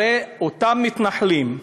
הרי אותם מתנחלים,